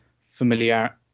familiar